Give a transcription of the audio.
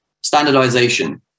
Standardization